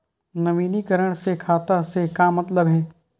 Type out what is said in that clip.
नवीनीकरण से खाता से का मतलब हे?